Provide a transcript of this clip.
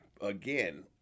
again